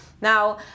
now